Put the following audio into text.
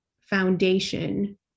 foundation